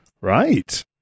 Right